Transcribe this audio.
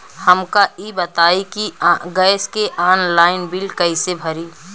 हमका ई बताई कि गैस के ऑनलाइन बिल कइसे भरी?